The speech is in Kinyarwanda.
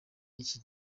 iki